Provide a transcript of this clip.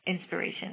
inspiration